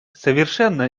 совершенно